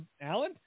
Alan